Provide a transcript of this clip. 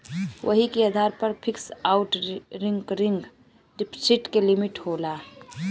वही के आधार पर फिक्स आउर रीकरिंग डिप्सिट के लिमिट होला